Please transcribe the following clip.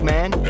Man